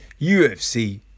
UFC